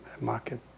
market